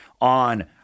on